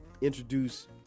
introduce